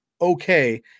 okay